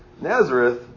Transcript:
Nazareth